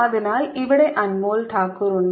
അതിനാൽ ഇവിടെ അൻമോൾ താക്കൂർ ഉണ്ട്